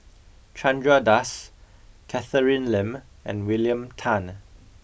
Chandra Das Catherine Lim and William Tan